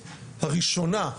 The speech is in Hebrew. מבטיח לכם אירוח מפנק בראשון לציון,